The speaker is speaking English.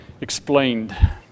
explained